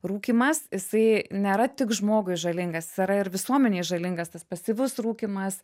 rūkymas jisai nėra tik žmogui žalingas s yra ir visuomenei žalingas tas pasyvus rūkymas